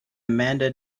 amanda